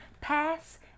pass